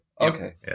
Okay